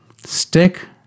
Stick